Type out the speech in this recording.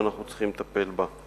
שאנחנו צריכים לטפל בה.